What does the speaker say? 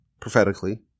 prophetically